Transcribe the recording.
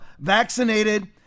vaccinated